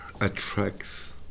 attracts